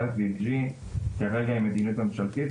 וה-SDG כרגע היא מדיניות ממשלתית,